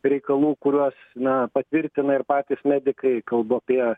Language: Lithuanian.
reikalų kuriuos na patvirtina ir patys medikai kalbu apie